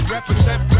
Represent